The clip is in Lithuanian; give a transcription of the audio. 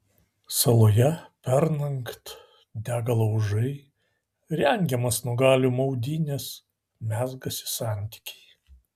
saloje pernakt dega laužai rengiamos nuogalių maudynės mezgasi santykiai